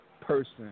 person